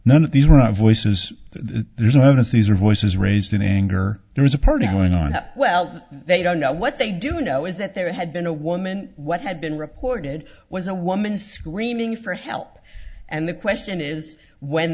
none of these were not voices there's no disease or voices raised in anger there was a party going on well they don't know what they do know is that there had been a woman what had been reported was a woman screaming for help and the question is when